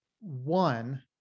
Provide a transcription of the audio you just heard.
one